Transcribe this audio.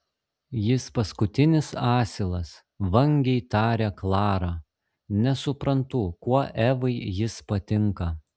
jis paskutinis asilas vangiai taria klara nesuprantu kuo evai jis patinka